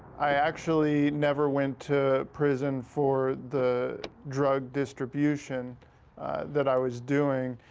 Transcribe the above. i actually never went to prison for the drug distribution that i was doing.